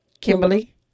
Kimberly